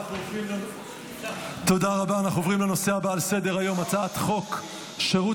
אנחנו עוברים לנושא הבא על סדר-היום: הצעת חוק שירות